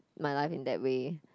my life in that way